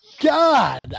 God